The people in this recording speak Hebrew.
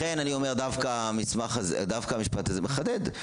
לכן אני אומר, דווקא המשפט הזה מחדד.